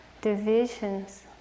divisions